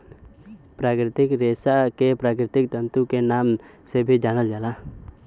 प्राकृतिक रेशा के प्राकृतिक तंतु के नाम से भी जानल जाला